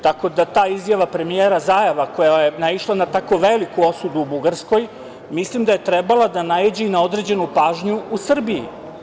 Tako da, ta izjava premijera Zaeva, koja je naišla na tako veliku osudu, mislim da je trebala da naiđe i na određenu pažnju u Srbiji.